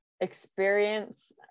experience